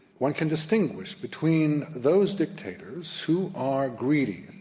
one can distinguish between those dictators who are greedy. in